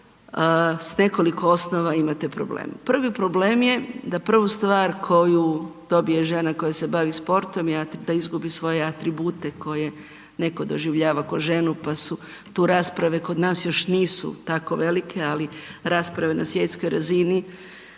s nekoliko osnova imate problema. Prvi problem je da prvu stvar koju dobije žena koja se bavi sportom je da izgubi svoje atribute koje netko doživljava ko ženu, pa su tu rasprave, kod nas još nisu tako velike, ali rasprave na svjetskoj razini